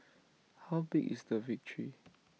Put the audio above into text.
how big is the victory